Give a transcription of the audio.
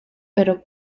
pero